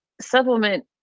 supplement